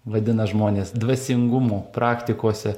vadina žmonės dvasingumo praktikose